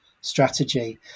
strategy